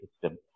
system